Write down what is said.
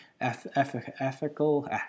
ethical